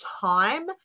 time